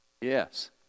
Yes